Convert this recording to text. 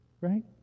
right